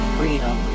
freedom